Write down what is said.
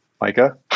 Micah